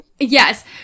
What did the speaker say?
Yes